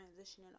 transitioning